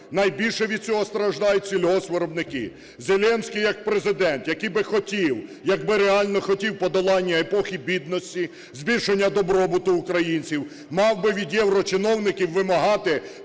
Найбільше від цього страждають сільгоспвиробники. Зеленський як Президент, який би хотів, якби реально хотів, подолання епохи бідності, збільшення добробуту українців, мав би від єврочиновників вимагати